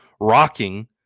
rocking